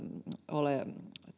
ole